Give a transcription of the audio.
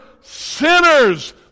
sinners